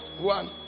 one